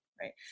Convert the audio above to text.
right